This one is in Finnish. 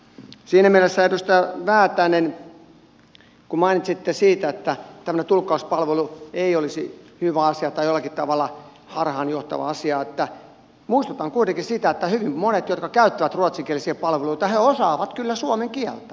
siinä mielessä edustaja väätäinen kun mainitsitte siitä että tämmöinen tulkkauspalvelu ei olisi hyvä asia tai olisi jollakin tavalla harhaanjohtava asia muistutan kuitenkin siitä että hyvin monet jotka käyttävät ruotsinkielisiä palveluita osaavat kyllä suomen kieltä